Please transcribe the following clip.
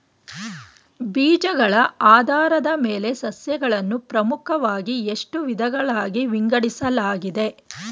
ಬೀಜಗಳ ಆಧಾರದ ಮೇಲೆ ಸಸ್ಯಗಳನ್ನು ಪ್ರಮುಖವಾಗಿ ಎಷ್ಟು ವಿಧಗಳಾಗಿ ವಿಂಗಡಿಸಲಾಗಿದೆ?